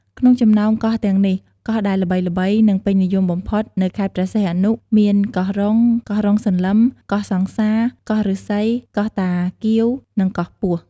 ក្នុងចំណោមកោះទាំងនេះ កោះដែលល្បីៗ និងពេញនិយមបំផុតនៅខេត្តព្រះសីហនុ មាន កោះរុង កោះរ៉ុងសន្លឹម កោះសង្សារ កោះឫស្សី កោះតាគៀវ និងកោះពស់។